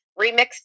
remixed